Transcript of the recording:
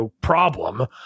problem